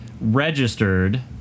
registered